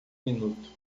minuto